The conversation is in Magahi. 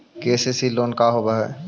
के.सी.सी लोन का होब हइ?